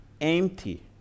empty